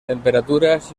temperaturas